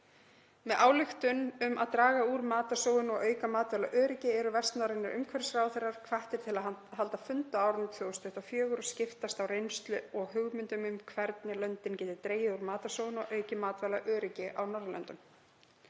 Með álykun um að draga úr matarsóun og auka matvælaöryggi eru vestnorrænir umhverfisráðherrar hvattir til að halda fund á árinu 2024 og skiptast á reynslu og hugmyndum um hvernig löndin geti dregið úr matarsóun og aukið matvælaöryggi á Vestur-Norðurlöndum.